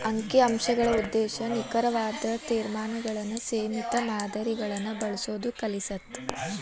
ಅಂಕಿ ಅಂಶಗಳ ಉದ್ದೇಶ ನಿಖರವಾದ ತೇರ್ಮಾನಗಳನ್ನ ಸೇಮಿತ ಮಾದರಿಗಳನ್ನ ಬಳಸೋದ್ ಕಲಿಸತ್ತ